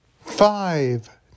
Five